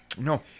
No